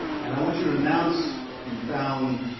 and i want you to announce you found